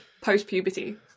post-puberty